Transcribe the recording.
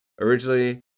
originally